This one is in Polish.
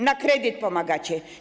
Na kredyt pomagacie.